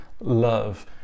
love